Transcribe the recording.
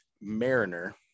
Mariner